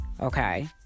okay